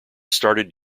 started